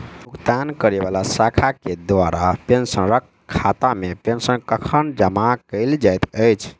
भुगतान करै वला शाखा केँ द्वारा पेंशनरक खातामे पेंशन कखन जमा कैल जाइत अछि